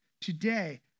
Today